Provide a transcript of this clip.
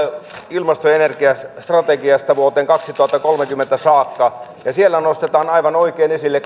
ilmasto ja energiastrategiasta vuoteen kaksituhattakolmekymmentä saakka siellä nostetaan aivan oikein esille